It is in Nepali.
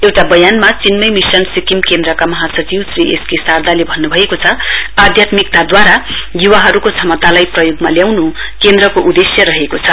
एउटा बयानमा चिन्मय मिशन सिक्किम केन्द्रका महासचिव श्री एस के सारदाले भन्नु भएको छ आध्यात्मिकतावद्वारा युवाहरूको क्षमतालाई प्रयोगमा ल्याउनु केन्द्रको उद्देश्य रहेको छ